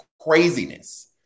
Craziness